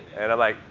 and i'm like,